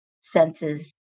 senses